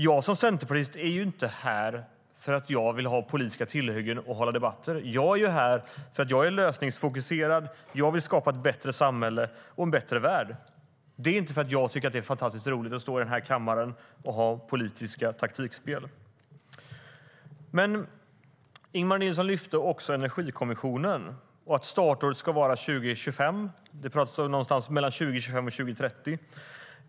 Jag som centerpartist är inte här för att jag vill ha politiska tillhyggen och hålla debatter. Jag är lösningsfokuserad och vill skapa ett bättre samhälle och en bättre värld. Jag är inte här för att jag tycker att det är fantastiskt roligt att stå i den här kammaren och bedriva politiskt taktikspel. Ingemar Nilsson lyfte fram Energikommissionen och sa att startåret ska vara 2025. Det pratades om någonstans mellan 2025 och 2030.